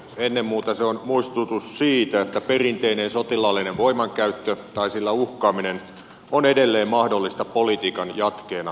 ennen muuta se on muistutus siitä että perinteinen sotilaallinen voimankäyttö tai sillä uhkaaminen on edelleen mahdollista politiikan jatkeena myös euroopassa